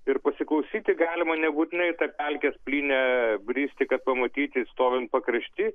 ir pasiklausyti galima nebūtinai į tą pelkių plynę bristi kad pamatyti stovint pakrašty